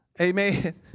Amen